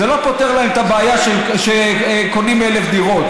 זה לא פותר להם את הבעיה שקונים 1,000 דירות.